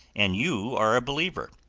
and you are a believer.